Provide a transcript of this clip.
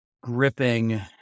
gripping